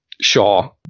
Shaw